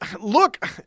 look